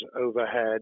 overhead